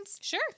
Sure